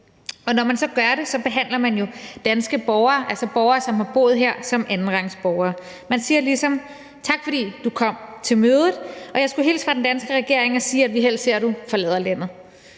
Og når man så gør det, behandler man jo danske borgere, altså borgere, som har boet her, som andenrangsborgere. Man siger ligesom: Tak, fordi du kom til mødet, og jeg skulle hilse fra den danske regering og sige, at vi helst ser, at du forlader landet,